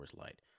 Light